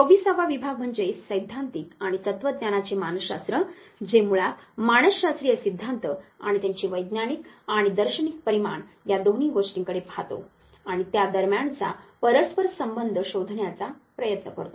24 वा विभाग म्हणजे सैद्धांतिक आणि तत्वज्ञानाचे मानसशास्त्र जे मुळात मानसशास्त्रीय सिद्धांत आणि त्यांचे वैज्ञानिक आणि दर्शनिक परिमाण या दोन्ही गोष्टींकडे पाहतो आणि त्या दरम्यानचा परस्पर संबंध शोधण्याचा प्रयत्न करतो